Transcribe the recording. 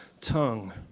tongue